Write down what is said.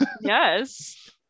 Yes